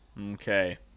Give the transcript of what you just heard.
Okay